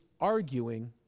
arguing